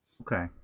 Okay